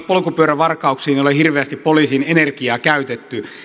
polkupyörävarkauksiin ei ole poliisin energiaa käytetty